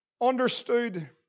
understood